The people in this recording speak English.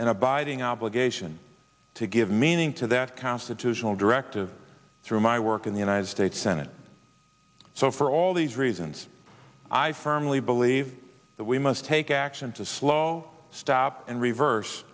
an abiding obligation to give meaning to that constitutional directive through my work in the united states senate so for all these reasons i firmly believe that we must take action to slow stop and reverse